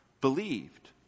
believed